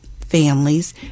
families